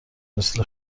مثل